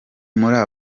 muri